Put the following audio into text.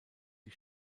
die